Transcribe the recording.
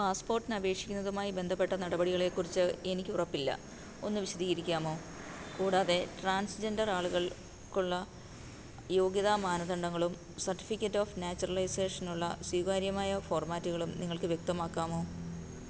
പാസ്പോട്ടിനപേക്ഷിക്കുന്നതുമായി ബന്ധപ്പെട്ട നടപടികളെ കുറിച്ച് എനിക്കുറപ്പില്ല ഒന്നു വിശദീകരിക്കാമോ കൂടാതെ ട്രാൻസ്ജെൻഡർ ആളുകൾക്കുള്ള യോഗ്യതാ മാനദണ്ഡങ്ങളും സർട്ടിഫിക്കറ്റ് ഓഫ് നാച്യുറലൈസേഷനുള്ള സ്വീകാര്യമായ ഫോർമാറ്റുകളും നിങ്ങൾക്ക് വ്യക്തമാക്കാമോ